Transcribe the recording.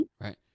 Right